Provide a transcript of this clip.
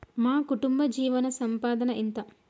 మా కుటుంబ జీవన సంపాదన ఎంత?